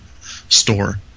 store